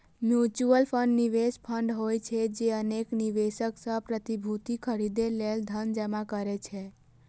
mutual fund निवेश fund होइ छै, जे अनेक निवेशक सं प्रतिभूति खरीदै लेल धन जमा करै छै